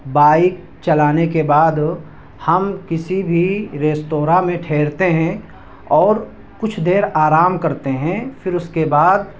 bike چلانے کے بعد ہم کسی بھی ریستورا میں ٹھہرتے ہیں اور کچھ دیر آرام کرتے ہیں پھر اس کے بعد